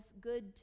good